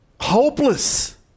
hopeless